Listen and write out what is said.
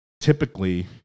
typically